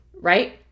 right